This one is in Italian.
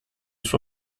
suo